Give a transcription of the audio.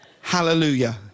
Hallelujah